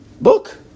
book